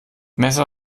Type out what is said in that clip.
messer